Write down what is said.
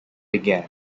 began